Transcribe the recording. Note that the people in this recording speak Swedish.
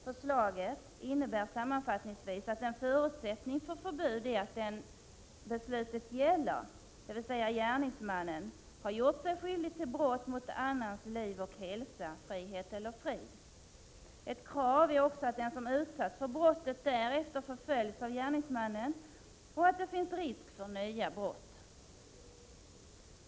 Förslaget innebär sammanfattningsvis att en förutsättning för förbud är att den beslutet gäller, dvs. gärningsmannen, har gjort sig skyldig till brott mot annans liv och hälsa, frihet eller frid. Ett krav är också att den som utsatts för brottet därefter förföljs av gärningsmannen och att det finns risk för nya brott.